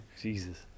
Jesus